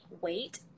wait